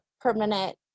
permanent